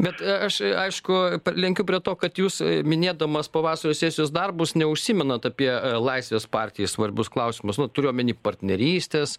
bet aš aišku lenkiu prie to kad jūs minėdamas pavasario sesijos darbus neužsimenat apie laisvės partijai svarbius klausimus nu turiu omeny partnerystės